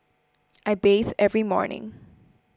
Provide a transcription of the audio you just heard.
I bathe every morning